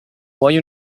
vuoi